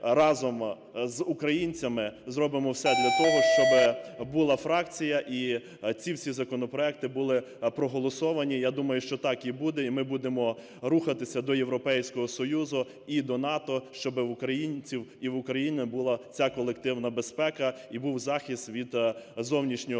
разом з українцями зробимо все для того, щоб була фракція і ці всі законопроекти були проголосовані. Я думаю, що так і буде. Ми будемо рухатися до Європейського Союзу і до НАТО, щоб в українців і в Україні була ця колективна безпека і був захист від зовнішнього